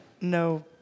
no